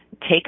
take